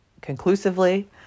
conclusively